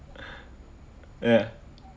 ya